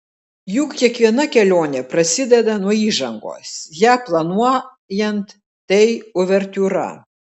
juk kiekviena kelionė prasideda nuo įžangos ją planuojant tai uvertiūra